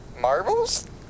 marbles